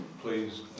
please